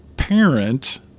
Parent